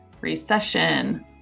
recession